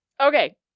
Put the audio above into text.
Okay